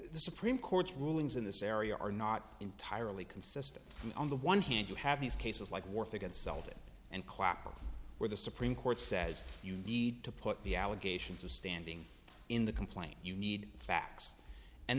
the supreme court's rulings in this area are not entirely consistent and on the one hand you have these cases like warfare consulting and clapper where the supreme court says you need to put the allegations of standing in the complaint you need facts and